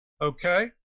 okay